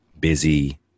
busy